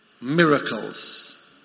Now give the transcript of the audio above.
miracles